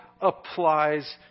applies